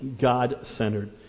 God-centered